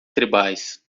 tribais